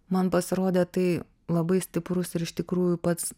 man pasirodė tai labai stiprus ir iš tikrųjų pats